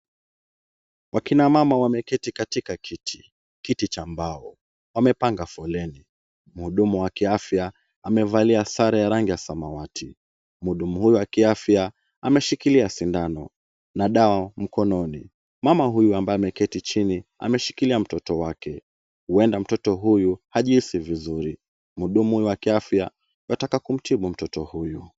Wakina mama wameketi katika kiti. Kiti cha mbao. Wamepanga foleni. Mhudumu wa kiafya amevalia sare ya rangi ya samawati. Mhudumu huyu wa kiafya ameshikilia sindano na dawa mkononi. Mama huyu ambaye ameketi chini ameshikilia mtoto wake. Huenda mtoto huyu hajihisi vizuri. Mhudumu huyu wa kiafya ataka kumtibu mtoto huyu.